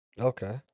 Okay